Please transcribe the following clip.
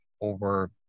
over